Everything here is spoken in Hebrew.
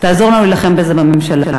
תעזור לנו להילחם בזה בממשלה.